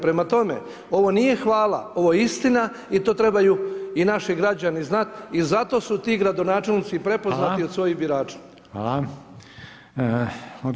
Prema tome, ovo nije hvala, ovo je istina i to trebaju i naši građani znati i zato su ti gradonačelnici prepoznati od svojih birača.